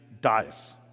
dies